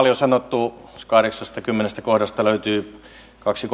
aika paljon sanottu jos kahdeksannestakymmenennestä kohdasta löytyy kaksi